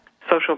social